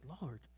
lord